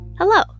Hello